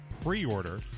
pre-order